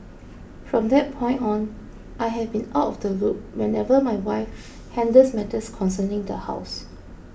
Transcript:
from that point on I have been out of the loop whenever my wife handles matters concerning the house